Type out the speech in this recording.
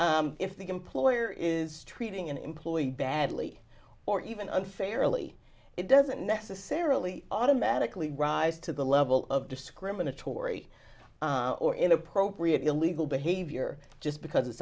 through if the employer is treating an employee badly or even unfairly it doesn't necessarily automatically rise to the level of discriminatory or inappropriate illegal behavior just because it's